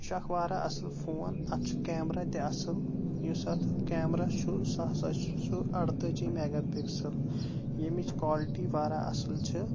یہِ چھُ اکھ واریاہ اصل فون اتھ چھُ کیمرا تہِ اصل یُس اتھ کیمرا چھُ سہُ ہسا چھُ ارٕتاجی میگا پِکسل یمِچ کالٹی واریاہ اصل چھِ